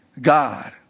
God